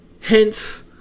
Hence